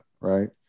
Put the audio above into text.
Right